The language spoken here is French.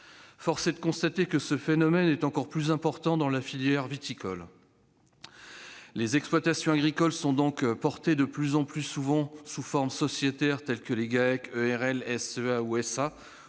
Force est de constater que ce phénomène est encore plus important dans la filière viticole. Les exploitations agricoles sont donc portées, le plus souvent, sous des formes sociétaires, comme les GAEC, les EARL,